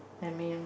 I mean